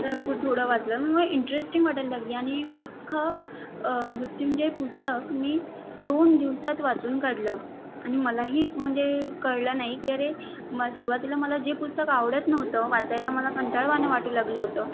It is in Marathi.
तर थोडं वाचलं मला इंटरेस्टिंग वाटायला लागली आणि अख्खं मृत्युंजय पुस्तक मी दोन दिवसात वाचून काढलं आणि मलाही म्हणजे कळलं नाही की अरे म सुरवातीला मला जे पुस्तक आवडत नव्हतं वाचायला मला कंटाळवाणं वाटू लागलं होतं